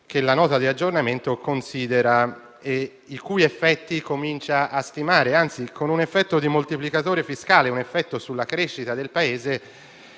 che la Nota di aggiornamento considera e i cui effetti comincia a stimare; anzi, con un effetto di moltiplicatore fiscale sulla crescita del Paese